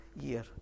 year